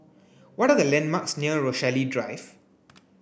what are the landmarks near Rochalie Drive